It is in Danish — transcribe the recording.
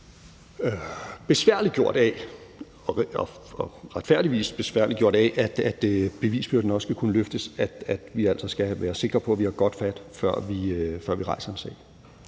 besværliggjort af, at bevisbyrden også skal kunne løftes, at vi altså skal være sikre på, at vi har godt fat, før vi rejser en sag.